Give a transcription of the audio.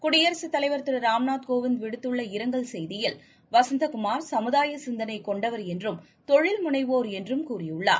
குடியரசுத் தலைவர் திருராம்நாத் கோவிந்த விடுத்துள்ள இரங்கல் செய்தியில் வசந்த குமார் சமுதாய சிந்தனை கொண்டவர் என்றும் தொழில் முனைவோர் என்றும் கூறியுள்ளார்